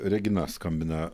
regina skambina